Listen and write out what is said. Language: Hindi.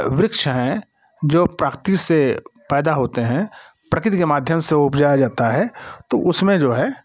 वृक्ष हैं जो प्राकृतिक से पैदा होते हैं प्रकृति के माध्यम से उपजाया जाता है तो उसमें जो है